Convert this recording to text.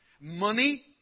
Money